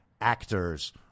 actors